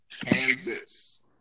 Kansas